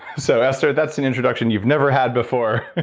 so esther, that's an introduction you've never had before